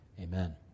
amen